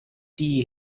die